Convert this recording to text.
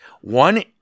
one